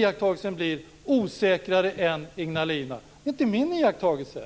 Iakttagelsen är att O 2 är osäkrare än Ignalina. Det är inte min iakttagelse.